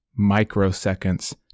microseconds